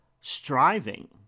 striving